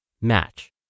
match